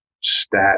stat